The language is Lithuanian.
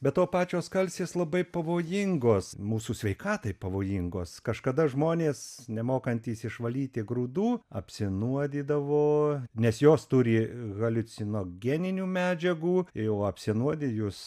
be to pačios skalsės labai pavojingos mūsų sveikatai pavojingos kažkada žmonės nemokantys išvalyti grūdų apsinuodydavo nes jos turi haliucinogeninių medžiagų jau apsinuodijus